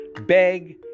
beg